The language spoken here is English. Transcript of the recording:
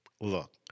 look